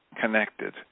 connected